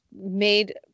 made